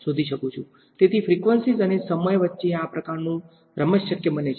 તેથી ફ્રીક્વન્સીઝ અને સમય વચ્ચે આ પ્રકારનું રમત શક્ય બને છે